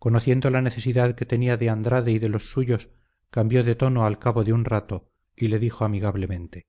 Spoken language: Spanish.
conociendo la necesidad que tenía de andrade y de los suyos cambió de tono al cabo de un rato y le dijo amigablemente